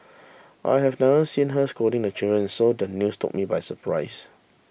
I have never seen her scolding the children so does the news took me by surprise